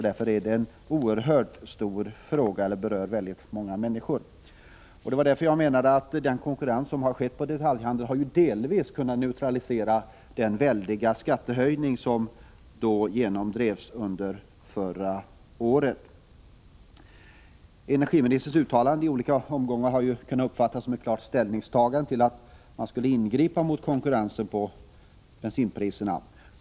Därför är detta en oerhört stor fråga, som berör väldigt många människor. För det andra: Den konkurrens som har skett inom detaljhandeln har delvis kunnat neutralisera de väldiga skattehöjningar som genomdrevs under förra året. Energiministerns uttalanden i olika omgångar har emellertid kunnat uppfattas som ett klart ställningstagande för att ingripa mot konkurrensen med bensinpriserna.